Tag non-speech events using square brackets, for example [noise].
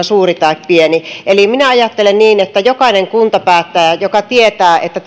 [unintelligible] suuri tai pieni eli minä ajattelen niin että jokainen kuntapäättäjä joka tietää että [unintelligible]